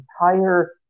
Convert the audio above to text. entire